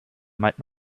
might